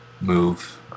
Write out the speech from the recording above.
move